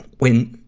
when,